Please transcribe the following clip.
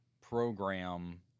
program